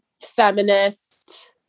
feminist